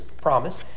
promise